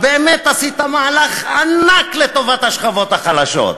באמת עשית מהלך ענק לטובת השכבות החלשות: